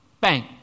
Bang